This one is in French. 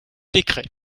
décrets